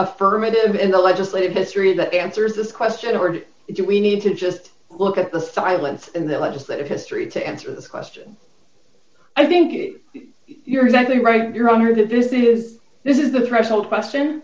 affirmative in the legislative history that answers this question or do we need to just look at the silence in the legislative history to answer this question i think you're exactly right your honor that this is this is a threshold question